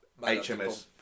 HMS